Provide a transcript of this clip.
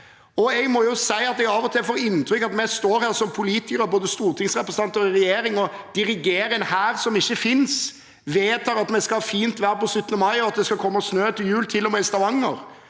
Jeg må si at jeg av og til får inntrykk av at vi står her som politikere, både stortingsrepresentanter og regjeringsmedlemmer, og dirigerer en hær som ikke finnes, vedtar at vi skal ha fint vær på 17. mai, og at det skal komme snø til jul, til og med i Stavanger.